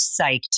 psyched